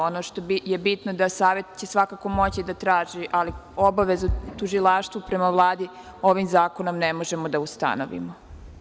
Ono što je bitno da će Savet svakako moći da traži, ali obaveza tužilaštva prema Vladi ovim zakonom ne može biti ustanovljena.